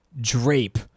drape